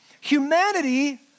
Humanity